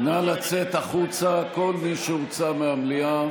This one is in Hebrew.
נא לצאת החוצה, כל מי שהוצא מהמליאה.